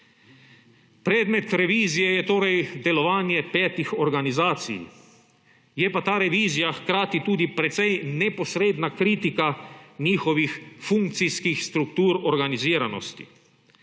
Predmet revizije je torej delovanje petih organizacij. Je pa ta revizija hkrati tudi precej neposredna kritika njihovih funkcijskih struktur organiziranosti.